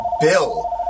bill